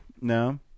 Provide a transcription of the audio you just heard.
No